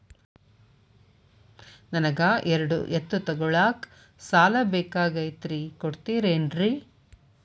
ನನಗ ಎರಡು ಎತ್ತು ತಗೋಳಾಕ್ ಸಾಲಾ ಬೇಕಾಗೈತ್ರಿ ಕೊಡ್ತಿರೇನ್ರಿ?